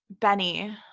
Benny